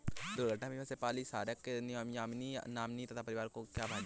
दुर्घटना बीमा से पॉलिसीधारक के नॉमिनी या परिवार को क्या फायदे हैं?